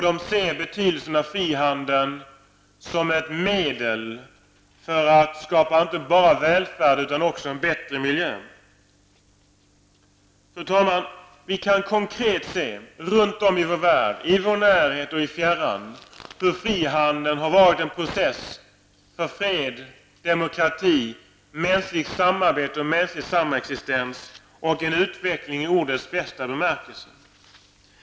De ser betydelsen av frihandeln som ett medel att skapa inte bara välfärd utan också en bättre miljö. Fru talman! Vi kan konkret se runt om i vår värld, i vår närhet och i fjärran, hur frihandeln har varit en process för fred, demokrati, mänskligt samarbete och mänsklig samexistens och en utveckling i ordets bästa bemärkelse.